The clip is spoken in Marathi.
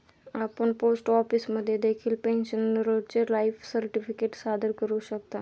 आपण पोस्ट ऑफिसमध्ये देखील पेन्शनरचे लाईफ सर्टिफिकेट सादर करू शकता